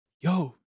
yo